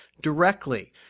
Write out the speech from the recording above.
directly